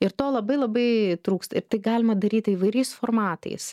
ir to labai labai trūksta ir tai galima daryti įvairiais formatais